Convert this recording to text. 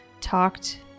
talked